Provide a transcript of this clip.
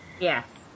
Yes